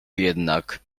jednak